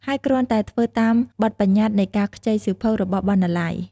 ហើយគ្រាន់តែធ្វើតាមបទប្បញ្ញត្តិនៃការខ្ចីសៀវភៅរបស់បណ្ណាល័យ។